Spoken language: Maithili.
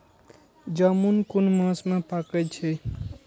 जामून कुन मास में पाके छै?